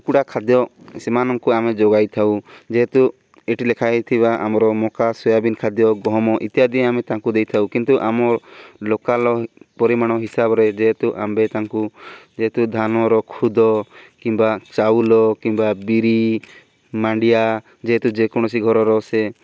କୁକୁଡ଼ା ଖାଦ୍ୟ ସେମାନଙ୍କୁ ଆମେ ଯୋଗାଇ ଥାଉ ଯେହେତୁ ଏଠି ଲେଖା ହେଇଥିବା ଆମର ମକା ସୋୟାବିିନ ଖାଦ୍ୟ ଗହମ ଇତ୍ୟାଦି ଆମେ ତାଙ୍କୁ ଦେଇଥାଉ କିନ୍ତୁ ଆମ ଲୋକାଲ୍ ପରିମାଣ ହିସାବରେ ଯେହେତୁ ଆମ୍ଭେ ତାଙ୍କୁ ଯେହେତୁ ଧାନର ଖୁଦ କିମ୍ବା ଚାଉଳ କିମ୍ବା ବିରି ମାଣ୍ଡିଆ ଯେହେତୁ ଯେକୌଣସି ଘରର ସେ